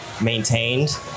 maintained